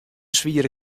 swiere